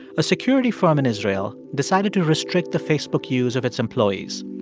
a security firm in israel decided to restrict the facebook use of its employees.